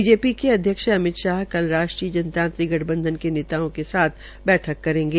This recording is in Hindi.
बीजेपी अध्यक्ष अमितशाह कल राष्ट्रीय जनतांत्रिक गठबंधन के नेताओं के साथ बैठक करेंगे